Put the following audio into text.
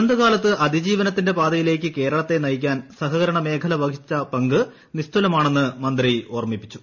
ദുരന്തകാലത്ത് അതിജീവനത്തിന്റെ പാതയിലേക്ക് കേരളത്തെ നയിക്കാൻ സഹകരണ മേഖല വഹിച്ച പങ്ക് നിസ്തുലമാണെന്ന് മന്ത്രി ഓർമ്മിപ്പിച്ചു